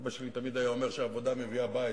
סבא שלי תמיד היה אומר שעבודה מביאה בית.